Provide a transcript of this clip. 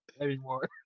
anymore